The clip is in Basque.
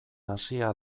hasia